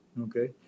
Okay